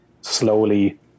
slowly